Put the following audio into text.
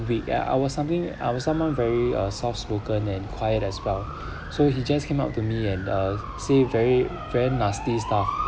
weak I was something I was someone very uh soft spoken and quiet as well so he just came up to me and uh say very very nasty stuff